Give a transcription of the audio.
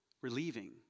relieving